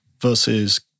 versus